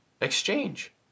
exchange